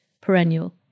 perennial